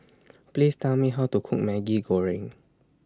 Please Tell Me How to Cook Maggi Goreng